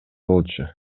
болчу